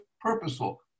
purposeful